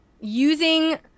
using